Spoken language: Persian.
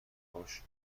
حرفاش